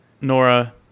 Nora